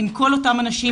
עם כל אותם אנשים,